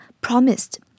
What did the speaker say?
promised